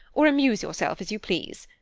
or amuse yourself as you please.